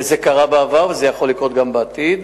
וזה קרה בעבר, וזה יכול לקרות גם בעתיד,